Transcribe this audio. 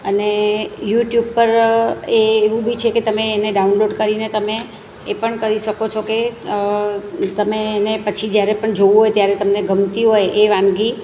અને યુટ્યુબ પર એ એવું બી છે કે તમે એને ડાઉનલોડ કરીને તમે એ પણ કરી શકો છો કે તમે એને પછી જ્યારે પણ જોવું ત્યારે તમને ગમતી હોય એ વાનગી